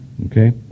Okay